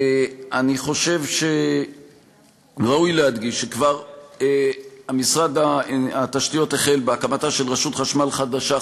אני חושב שראוי להדגיש שמשרד התשתיות החל בהקמתה של רשות חשמל חדשה,